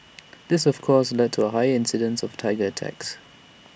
this of course led to higher incidences of Tiger attacks